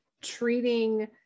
treating